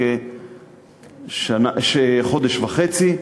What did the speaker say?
כחודש וחצי,